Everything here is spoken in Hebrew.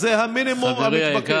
זה המינימום המתבקש.